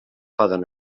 poden